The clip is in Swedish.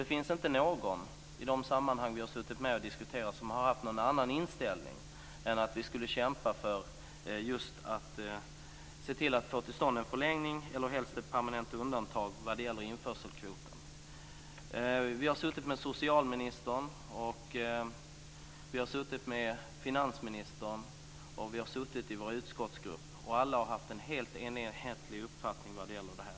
Det finns inte någon i de sammanhang då vi har suttit och diskuterat som har haft någon annan inställning än att vi ska kämpa för att se till att få till stånd en förlängning eller helst ett permanent undantag när det gäller införselkvoten. Vi har suttit med socialministern, vi har suttit med finansministern och vi har suttit i vår utskottsgrupp. Alla har haft en helt enhetlig uppfattning vad gäller det här.